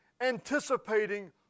anticipating